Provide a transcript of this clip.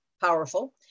powerful